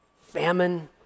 famine